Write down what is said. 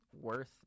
worth